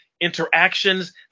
interactions